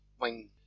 wing